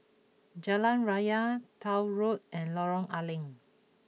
Jalan Raya Tuah Road and Lorong A Leng